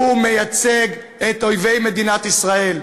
הוא מייצג את אויבי מדינת ישראל,